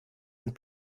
und